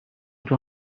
توی